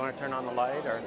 our turn on the lighter